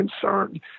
concerned